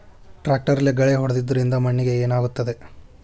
ಟ್ರಾಕ್ಟರ್ಲೆ ಗಳೆ ಹೊಡೆದಿದ್ದರಿಂದ ಮಣ್ಣಿಗೆ ಏನಾಗುತ್ತದೆ?